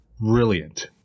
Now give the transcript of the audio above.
brilliant